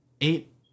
eight